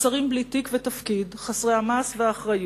השרים בלי תיק ותפקיד, חסרי המעש והאחריות.